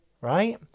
right